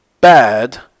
bad